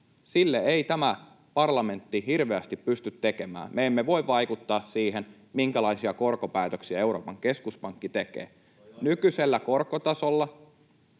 Sille ei tämä parlamentti hirveästi pysty tekemään. Me emme voi vaikuttaa siihen, minkälaisia korkopäätöksiä Euroopan keskuspankki tekee. [Vilhelm Junnila: